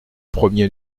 premier